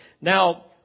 Now